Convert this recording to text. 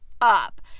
up